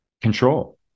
control